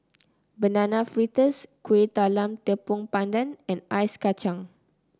Banana Fritters Kueh Talam Tepong Pandan and Ice Kacang